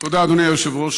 תודה, אדוני היושב-ראש.